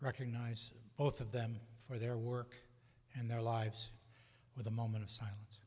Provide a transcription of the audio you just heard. recognize both of them for their work and their lives with a moment of silence